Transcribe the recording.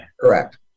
Correct